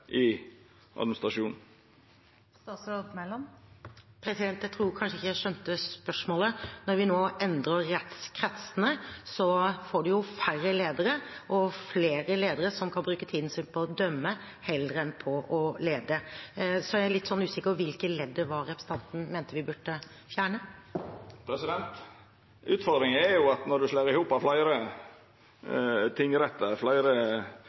i administrasjonen? Jeg tror ikke jeg skjønte spørsmålet. Når vi nå endrer rettskretsene, får man færre ledere og flere ledere som kan bruke tiden sin på å dømme, heller enn på å lede. Jeg er litt usikker på hvilke ledd det var representanten Bjørke mente vi burde fjerne. Utfordringa er at når ein slår i hop